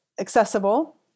accessible